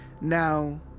Now